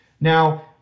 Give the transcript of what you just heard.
Now